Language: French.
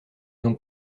donc